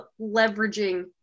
leveraging